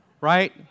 Right